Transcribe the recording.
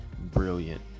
brilliant